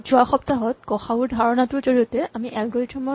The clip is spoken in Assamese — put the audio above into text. যোৱা সপ্তাহত গ সা উ ৰ উদাহৰণটোৰ জৰিয়তে আমি এলগৰিথম ৰ ধাৰণাৰ সৈতে পৰিচিত হ'লো